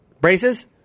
braces